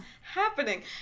happening